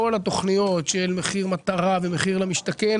כל התכניות של מחיר מטרה ומחיר למשתכן